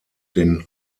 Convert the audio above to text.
den